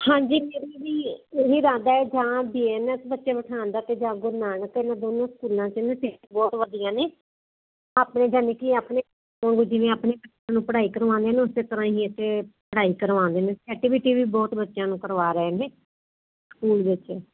ਹਾਂਜੀ ਮੇਰੀ ਵੀ ਇਹੀ ਇਰਾਦਾ ਜਾਂ ਡੀਐਨਐਸ ਬੱਚੇ ਬਿਠਾਣ ਦਾ ਅਤੇ ਜਾਂ ਗੁਰੂ ਨਾਨਕ ਇਹਨਾਂ ਦੋਨਾਂ ਸਕੂਲਾਂ 'ਚ ਨਾ ਟੇਸਟ ਬਹੁਤ ਵਧੀਆ ਨੇ ਆਪਣੇ ਯਾਨੀ ਕਿ ਆਪਣੇ ਜਿਵੇਂ ਆਪਣੇ ਬੱਚਿਆਂ ਨੂੰ ਪੜ੍ਹਾਈ ਕਰਵਾਉਂਦੇ ਨੇ ਉਸੇ ਤਰ੍ਹਾਂ ਹੀ ਇੱਕ ਟਰਾਈ ਕਰਵਾਂਦੇ ਨੇ ਐਕਟੀਵਿਟੀ ਵੀ ਬਹੁਤ ਬੱਚਿਆਂ ਨੂੰ ਕਰਵਾ ਰਹੇ ਨੇ ਸਕੂਲ ਵਿੱਚ